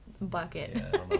bucket